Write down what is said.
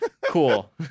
Cool